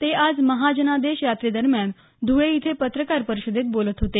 ते आज महाजनादेश यात्रे दरम्यान धुळे इथं पत्रकार परिषदेत बोलत होते